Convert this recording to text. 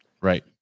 Right